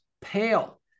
pale